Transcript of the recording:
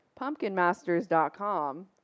pumpkinmasters.com